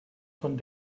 von